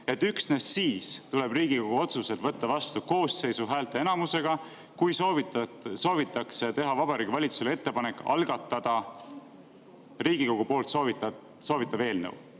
üksnes siis tuleb Riigikogu otsused võtta vastu koosseisu häälteenamusega, kui soovitakse teha Vabariigi Valitsusele ettepanek algatada Riigikogu poolt soovitav eelnõu.